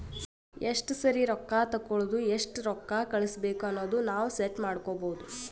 ಎಸ್ಟ ಸರಿ ರೊಕ್ಕಾ ತೇಕೊಳದು ಎಸ್ಟ್ ರೊಕ್ಕಾ ಕಳುಸ್ಬೇಕ್ ಅನದು ನಾವ್ ಸೆಟ್ ಮಾಡ್ಕೊಬೋದು